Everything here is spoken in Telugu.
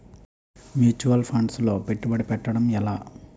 ముచ్యువల్ ఫండ్స్ లో పెట్టుబడి పెట్టడం ఎలా?